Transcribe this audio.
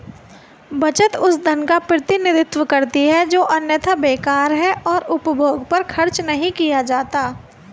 बचत उस धन का प्रतिनिधित्व करती है जो अन्यथा बेकार है और उपभोग पर खर्च नहीं किया जाता है